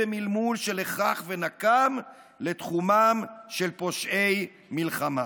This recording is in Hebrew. במלמול של 'הכרח' ו'נקם' / לתחומם של פושעי מלחמה".